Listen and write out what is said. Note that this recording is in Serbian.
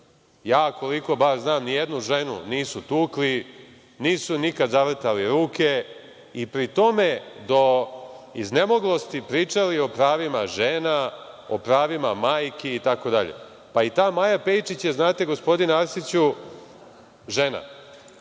koliko ja znam, nijednu ženu nisu tukli, nisu im nikad zavrtali ruke i pri tome do iznemoglosti pričali o pravima ženama, o pravima majki itd. Pa, i ta Maja Pejčić je, znate, gospodine Arsiću, žena.